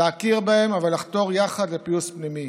להכיר בהן אבל לחתור יחד לפיוס פנימי.